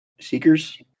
Seekers